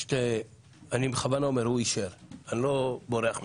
אני בכוונה אומר שהוא אישר, ואני לא בורח מאחריות.